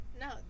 No